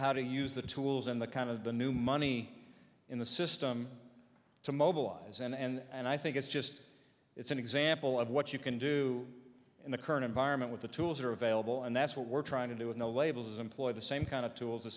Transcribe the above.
how to use the tools and the kind of the new money in the system to mobilize and i think it's just it's an example of what you can do in the current environment with the tools are available and that's what we're trying to do with no labels employ the same kind of tools the